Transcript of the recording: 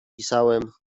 pisałem